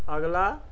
ਅਗਲਾ